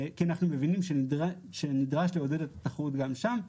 כי אנחנו מבינים שנדרש לעודד את התחרות גם שם.